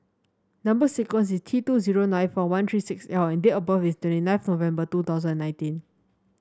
number sequence is T two zero nine four one three six L and date of birth is twenty nine November two thousand and nineteen